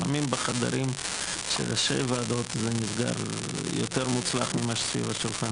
לפעמים בחדרים של ראשי הוועדות זה נסגר יותר מוצלח ממה שסביב השולחן.